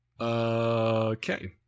Okay